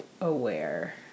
aware